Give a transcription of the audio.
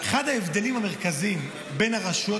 אחד ההבדלים המרכזיים בין הרשויות